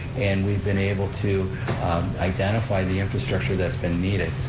and we've been able to identify the infrastructure that's been needed,